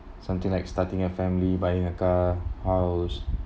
something like starting a family buying a car house